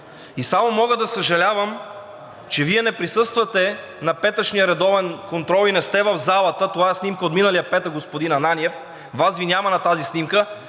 И само мога да съжалявам, че Вие не присъствате на петъчния редовен контрол и не сте в залата. (Показва снимка.) Това е снимка от миналия петък, господин Ананиев. Вас Ви няма на тази снимка.